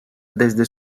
desde